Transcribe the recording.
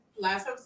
last